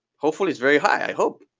hopefully it's very high, i hope.